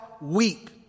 weep